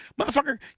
Motherfucker